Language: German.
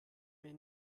mir